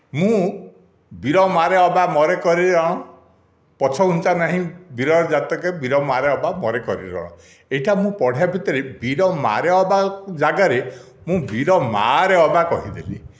ମୁଁ ବୀର ମାରେ ଅବା ମରେ କରି ରଣ ପଛ ଘୁଞ୍ଚା ନାହିଁ ବୀରର ଜାତକେ ବୀର ମାରେ ଅବା ମରେ କରି ରଣ ଏଟା ମୁଁ ପଢ଼ାଇବା ଭିତରେ ବୀର ମାରେ ଅବା ଜାଗାରେ ମୁଁ ବୀର ମାଆରେ ଅବା କହିଦେଲି